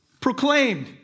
proclaimed